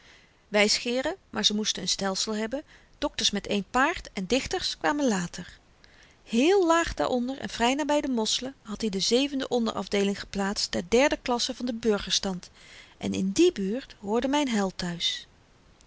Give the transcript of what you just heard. voort wysgeeren maar ze moesten n stelsel hebben dokters met één paard en dichters kwamen later heel laag daaronder en vry naby de mosselen had i de zevende onderafdeeling geplaatst der iii klasse van den burgerstand en in die buurt hoorde myn held thuis